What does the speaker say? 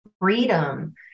freedom